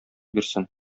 бирсен